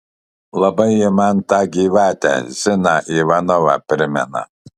labai ji man tą gyvatę ziną ivanovą primena